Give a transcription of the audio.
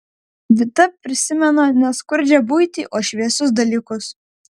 vita prisimena ne skurdžią buitį o šviesius dalykus